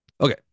Okay